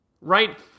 right